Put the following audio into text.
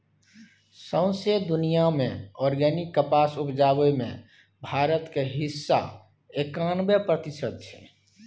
सौंसे दुनियाँ मे आर्गेनिक कपास उपजाबै मे भारत केर हिस्सा एकानबे प्रतिशत छै